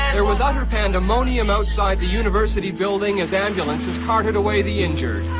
there was utter pandemonium outside the university building as ambulances carted away the injured.